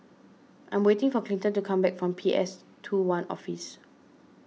I am waiting for Clinton to come back from P S two one Office